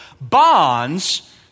Bonds